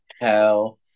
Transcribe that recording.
hell